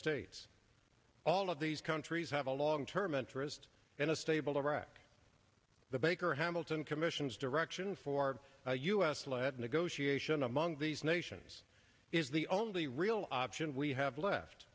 states all of these countries have a long term interest in a stable iraq the baker hamilton commission's direction for u s led negotiation among these nations is the only real option we have left